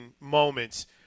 moments